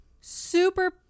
super